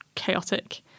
chaotic